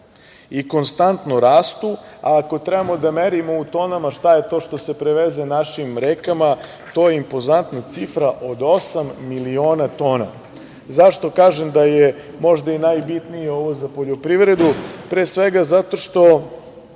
i konstantno rastu, a ako treba da merimo u tonama šta je to što se preveze našim rekama, to je impozantna cifra od osam miliona tona.Zašto kažem da je možda i najbitnije ovo za poljoprivredu? Pre svega, zato što